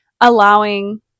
allowing